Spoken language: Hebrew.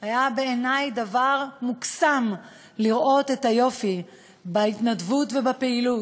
זה היה בעיני דבר מקסים לראות את היופי בהתנדבות ובפעילות.